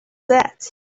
that